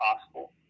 possible